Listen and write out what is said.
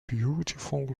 beautiful